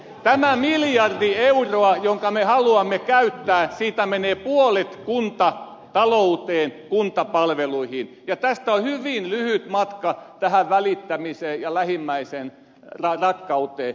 tästä miljardista eurosta jonka me haluamme käyttää menee puolet kuntatalouteen kuntapalveluihin ja tästä on hyvin lyhyt matka tähän välittämiseen ja lähimmäisenrakkauteen